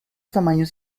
tamaños